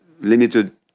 limited